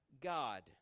God